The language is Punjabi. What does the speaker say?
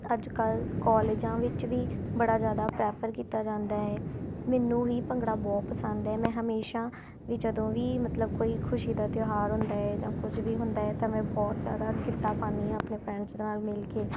ਅੱਜ ਕੱਲ੍ਹ ਕੋਲਜਾਂ ਵਿੱਚ ਵੀ ਬੜਾ ਜ਼ਿਆਦਾ ਪ੍ਰੈਫਰ ਕੀਤਾ ਜਾਂਦਾ ਹੈ ਮੈਨੂੰ ਵੀ ਭੰਗੜਾ ਬਹੁਤ ਪਸੰਦ ਹੈ ਮੈਂ ਹਮੇਸ਼ਾ ਵੀ ਜਦੋਂ ਵੀ ਮਤਲਬ ਕੋਈ ਖੁਸ਼ੀ ਦਾ ਤਿਉਹਾਰ ਹੁੰਦਾ ਹੈ ਜਾਂ ਕੁਝ ਵੀ ਹੁੰਦਾ ਹੈ ਤਾਂ ਮੈਂ ਬਹੁਤ ਜ਼ਿਆਦਾ ਗਿੱਧਾ ਪਾਉਂਦੀ ਹਾਂ ਆਪਣੇ ਫਰੈਂਡਸ ਦੇ ਨਾਲ ਮਿਲ ਕੇ